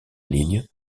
ligne